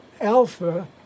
alpha